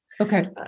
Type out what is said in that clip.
Okay